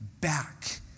back